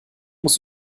muss